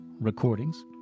Recordings